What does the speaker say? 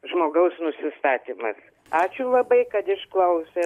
žmogaus nusistatymas ačiū labai kad išklausėt